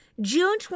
June